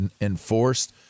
enforced